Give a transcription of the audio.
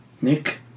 Nick